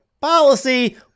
policy